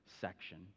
section